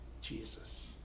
Jesus